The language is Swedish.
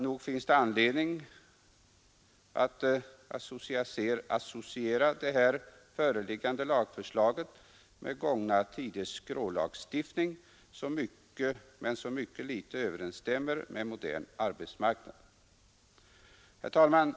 Nog finns det anledning att associera det föreliggande lagförslaget med gångna tiders skrålagstiftning, som mycket litet överensstämmer med förhållandena på en modern arbetsmarknad. Herr talman!